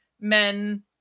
men